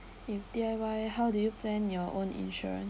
if D_I_Y how do you plan your own insurance